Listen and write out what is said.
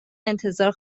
انتظار